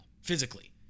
physically